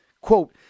quote